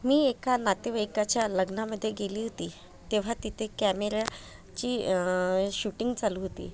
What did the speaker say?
मी एका नातेवाईकाच्या लग्नामध्ये गेली होती तेव्हा तिथे कॅमेरा ची शूटिंग चालू होती